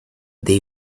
they